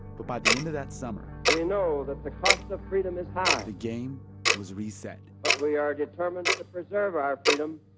but by the end of that summer. we know that the cost of freedom is high the game was reset but we are determined to preserve our freedom,